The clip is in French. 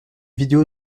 vidéo